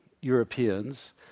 Europeans